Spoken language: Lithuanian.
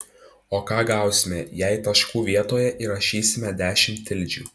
o ką gausime jei taškų vietoje įrašysime dešimt tildžių